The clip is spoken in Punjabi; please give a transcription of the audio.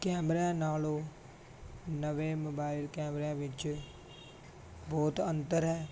ਕੈਮਰਿਆਂ ਨਾਲੋਂ ਨਵੇਂ ਮੋਬਾਈਲ ਕੈਮਰਿਆਂ ਵਿੱਚ ਬਹੁਤ ਅੰਤਰ ਹੈ